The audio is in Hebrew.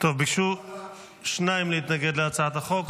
שניים ביקשו להתנגד להצעת החוק.